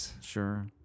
sure